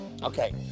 Okay